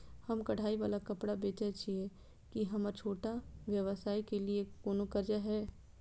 हम कढ़ाई वाला कपड़ा बेचय छिये, की हमर छोटा व्यवसाय के लिये कोनो कर्जा है?